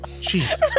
Jesus